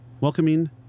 welcoming